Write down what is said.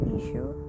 issue